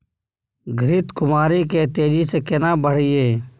घृत कुमारी के तेजी से केना बढईये?